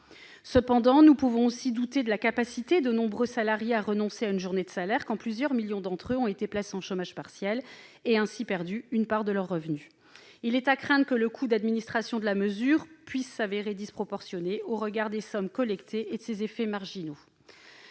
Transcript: Cependant, nous pouvons aussi douter de la capacité de nombreux salariés à renoncer à une journée de salaire, quand plusieurs millions d'entre eux ont été placés en chômage partiel et ont ainsi perdu une part de leurs revenus. Il est à craindre que le coût d'administration de la mesure s'avère disproportionné au regard des sommes collectées et de ses effets marginaux.